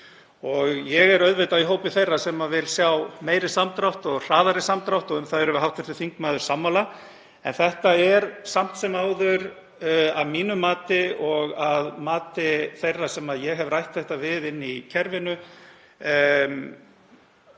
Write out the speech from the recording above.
Ég er í hópi þeirra sem vilja sjá meiri samdrátt og hraðari samdrátt, og um það erum við hv. þingmaður sammála, en þetta er samt sem áður að mínu mati, og að mati þeirra sem ég hef rætt þetta við í kerfinu,